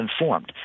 informed